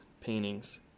paintings